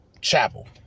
Chapel